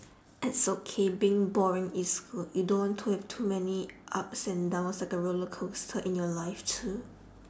it's okay being boring is good you don't want to have too many ups and downs like a roller coaster in your life too